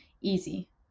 easy